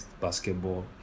basketball